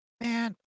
Man